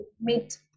meet